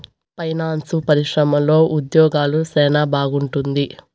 finance పరిశ్రమలో ఉద్యోగాలు సెనా బాగుంటుంది